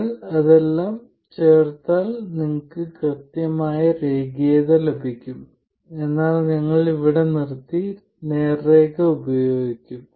നിങ്ങൾ അതെല്ലാം ചേർത്താൽ നിങ്ങൾക്ക് കൃത്യമായ രേഖീയത ലഭിക്കും എന്നാൽ ഞങ്ങൾ ഇവിടെ നിർത്തി നേർരേഖ ഉപയോഗിക്കും